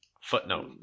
Footnote